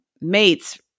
mates